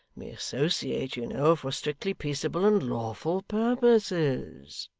we associate, you know, for strictly peaceable and lawful purposes